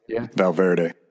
Valverde